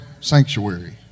sanctuary